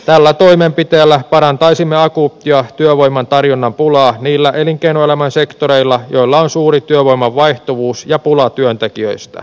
tällä toimenpiteellä parantaisimme akuuttia työvoiman tarjonnan pulaa niillä elinkeinoelämän sektoreilla joilla on suuri työvoiman vaihtuvuus ja pula työntekijöistä